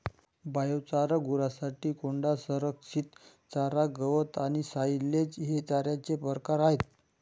biochar, गुरांसाठी कोंडा, संरक्षित चारा, गवत आणि सायलेज हे चाऱ्याचे प्रकार आहेत